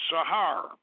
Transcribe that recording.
Sahar